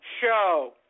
show